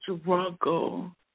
struggle